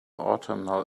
autumnal